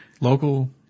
local